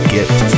Gift